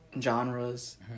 genres